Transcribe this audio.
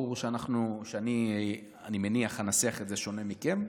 ברור שאני מניח שאנסח את זה שונה מכם,